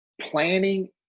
planning